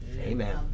Amen